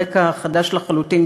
עם רקע חדש לחלוטין,